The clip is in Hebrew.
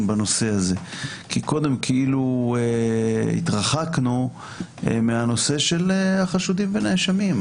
בנושא כי קודם התרחקנו מהנושא של חשודים ונאשמים.